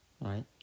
Right